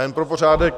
Já jen pro pořádek.